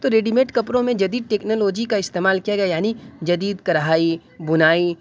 تو ready made کپڑوں میں جدید ٹکنالوجی کا استعمال کیا گیا یعنی جدید کڑھائی بنائی